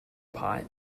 pot